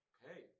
Okay